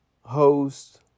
host